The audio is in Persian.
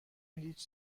هیچ